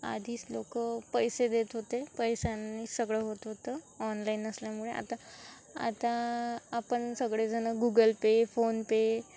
आधीच लोक पैसे देत होते पैशांनी सगळं होत होतं ऑनलाईन असल्यामुळे आता आता आपण सगळेजण गुगल पे फोनपे